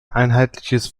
einheitliches